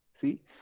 see